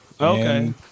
okay